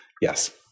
yes